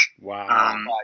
Wow